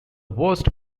worst